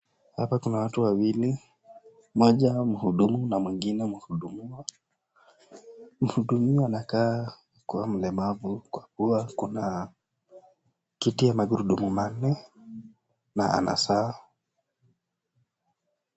Hapa kuna watu wawili, mmoja mhudumu na mhudumiwa. Mhudumiwa anakaa kuwa mlemavu kwa kuwa kuna kiti ya magurudumu manne na ana saa.